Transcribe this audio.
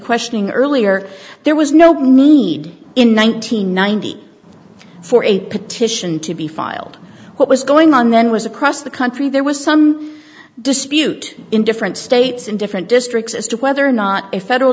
questioning earlier there was no need in one nine hundred ninety for a petition to be filed what was going on then was across the country there was some dispute in different states in different districts as to whether or not a federal